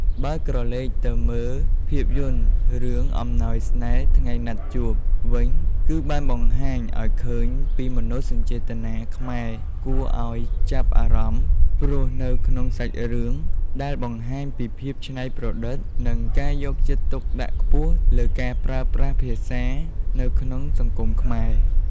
បើក្រឡេកទៅមើលភាពយន្តរឿងអំណោយស្នេហ៍ថ្ងៃណាត់ជួប វិញគឺបានបង្ហាញអោយឃើញពីមនោសញ្ចេតនាខ្មែរដ៏គួរឲ្យចាប់អារម្មណ៍ ព្រោះនៅក្នុងសាច់រឿង ដែលបង្ហាញពីភាពច្នៃប្រឌិត និងការយកចិត្តទុកដាក់ខ្ពស់លើការប្រើប្រាស់ភាសានៅក្នុងសង្គមខ្មែរ ។